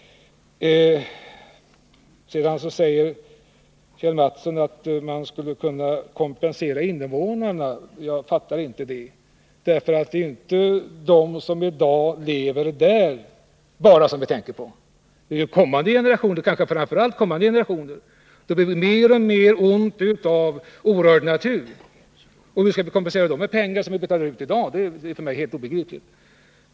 Sedan säger Kjell Mattsson att man skulle kunna kompensera invånarna. Jag fattar inte det. Det är ju inte bara de som i dag lever där som vi tänker på. Det gäller kanske framför allt kommande generationer. Det blir mer och mer ont om orörd natur. Hur skall vi kompensera med pengar som vi betalar ut i dag? Det är för mig helt obegripligt.